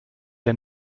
der